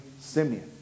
Simeon